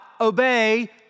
obey